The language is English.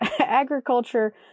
Agriculture